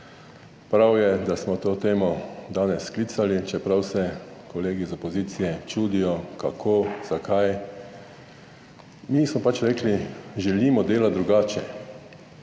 Prav je, da smo to temo danes sklicali, čeprav se kolegi iz opozicije čudijo kako, zakaj. Mi smo pač rekli, želimo delati drugače